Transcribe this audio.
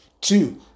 two